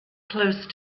close